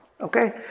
Okay